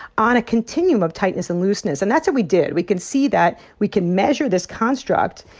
on a continuum of tightness and looseness? and that's what we did. we could see that. we can measure this construct.